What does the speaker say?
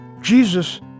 Jesus